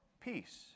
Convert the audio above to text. peace